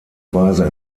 weise